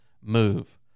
move